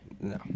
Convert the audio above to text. no